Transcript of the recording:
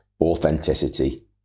authenticity